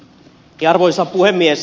arvoisa puhemies